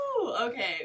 Okay